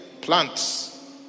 plants